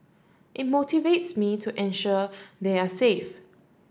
it motivates me to ensure they are safe